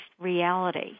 reality